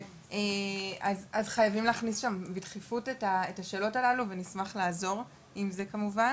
אז חייבים להכניס שם בדחיפות את השאלות הללו ונשמח לעזור עם זה כמובן,